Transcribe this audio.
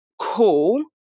cool